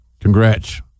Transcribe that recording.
Congrats